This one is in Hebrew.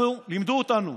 לימדו אותנו,